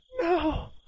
No